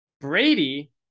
Brady